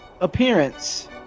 appearance